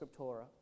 scriptura